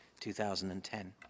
2010